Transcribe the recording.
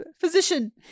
physician